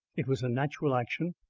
it was a natural action,